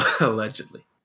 Allegedly